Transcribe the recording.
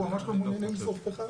אנחנו ממש לא מעוניינים לשרוף פחם.